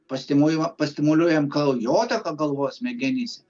pastimu pastimuliuojam kraujotaką galvos smegenyse